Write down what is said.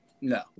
No